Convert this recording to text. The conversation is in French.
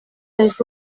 les